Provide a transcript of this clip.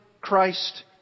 Christ